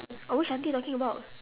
oh which aunty you talking about